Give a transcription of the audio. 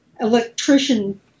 electrician